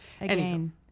Again